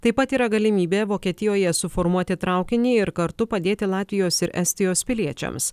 taip pat yra galimybė vokietijoje suformuoti traukinį ir kartu padėti latvijos ir estijos piliečiams